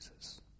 Jesus